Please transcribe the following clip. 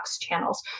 channels